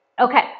Okay